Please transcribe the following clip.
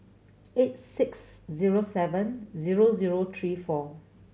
eight six zero seven zero zero three four